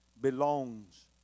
belongs